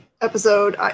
episode